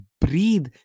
breathe